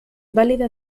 válida